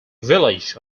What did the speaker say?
village